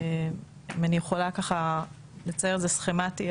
אם אני יכולה לצייר את זה סכמתי,